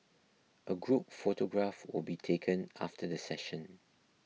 a group photograph will be taken after the session